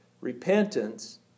repentance